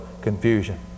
confusion